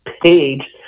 page